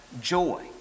joy